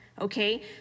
okay